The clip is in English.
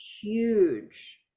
huge